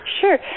Sure